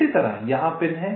इसी तरह यहां पिन हैं